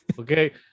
Okay